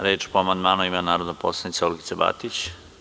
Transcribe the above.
Reč po amandmanu ima narodna poslanica Olgica Batić.